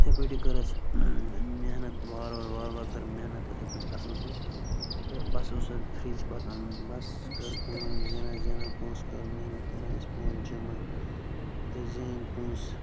یِتھَے پٲٹھی کٔر اَسہِ محنت وار وار وار وارٕ کٔر محنت یِتھَے پٲٹھۍ اَصٕل پٲٹھۍ تہٕ بَس اوس اَسہِ فِرٛچ پَتہٕ اَنُن بَس کٔر کٲم زینان زینان پونٛسہٕ کٔر محنت کران ٲسۍ پونٛسہٕ جَمع تہٕ زیٖنۍ پونٛسہٕ